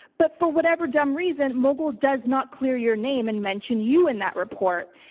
but for whatever dumb reason, vogel does not clear your name and mention you in that report.